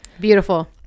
Beautiful